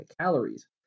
calories